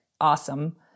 awesome